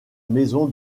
maison